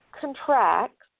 contracts